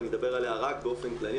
אני אדבר עליה רק באופן כללי,